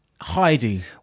Heidi